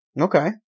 Okay